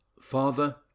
Father